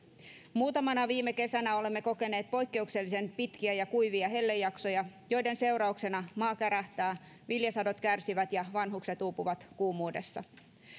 muutamana viime kesänä olemme kokeneet poikkeuksellisen pitkiä ja kuivia hellejaksoja joiden seurauksena maa kärähtää viljasadot kärsivät ja vanhukset uupuvat kuumuudessa